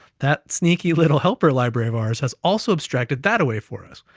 that sneaky little helper library of ours has also abstracted that away for us.